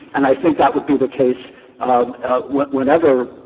and i think that would be the case whenever